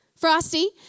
Frosty